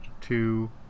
two